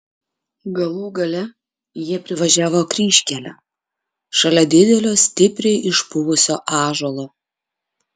galų gale jie privažiavo kryžkelę šalia didelio stipriai išpuvusio ąžuolo